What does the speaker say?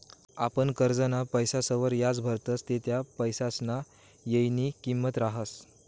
आपण करजंना पैसासवर याज भरतस ते त्या पैसासना येयनी किंमत रहास